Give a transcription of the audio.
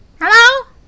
Hello